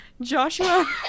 Joshua